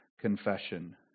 Confession